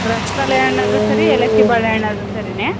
ರಸಬಾಳೆಹಣ್ಣಾದ್ರು ಸರಿ ಏಲಕ್ಕಿ ಬಾಳೆಹಣ್ಣಾದ್ರೂ ಸರಿನೇ